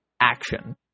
action